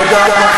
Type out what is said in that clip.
תודה רבה.